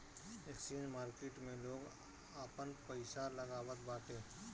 exchange market में लोग आपन पईसा लगावत बाटे